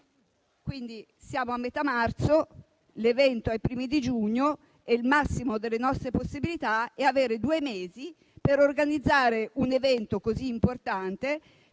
Siamo a metà marzo: l'evento si svolgerà i primi di giugno e il massimo delle nostre possibilità è avere due mesi per organizzare un evento così importante,